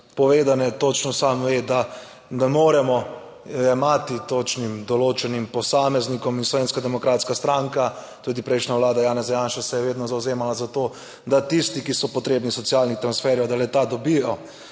povedane. Točno sam ve, da ne moremo jemati točno določenim posameznikom. In Slovenska demokratska stranka, tudi prejšnja vlada Janeza Janše se je vedno zavzemala za to, da tisti, ki so potrebni socialnih transferjev, da le ta dobijo,